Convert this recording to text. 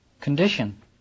condition